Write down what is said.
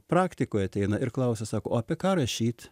praktikoj ateina ir klausia sakau o apie ką rašyt